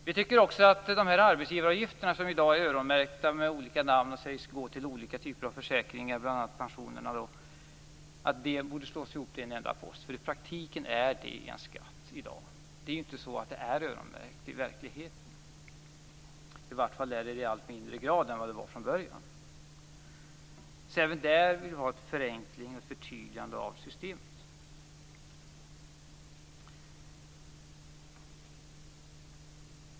Vi tycker också att arbetsgivaravgifterna som i dag är öronmärkta med olika namn och sägs gå till olika typer av försäkringar, bl.a. pensionerna, borde slås ihop till en enda post. I praktiken är det i dag en skatt. Det är inte så att det är öronmärkt i verkligheten. I varje fall är det öronmärkt i allt mindre grad än vad det var från början. Även där vill vi ha en förenkling och ett förtydligande av systemet.